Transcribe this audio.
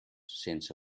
sense